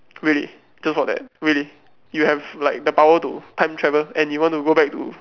really just for that really you have like the power to time travel and you want to go back to